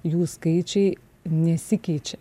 jų skaičiai nesikeičia